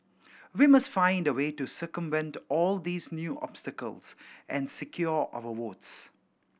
we must find a way to circumvent all these new obstacles and secure our votes